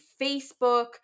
Facebook